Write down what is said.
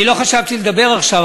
אני לא חשבתי לדבר עכשיו,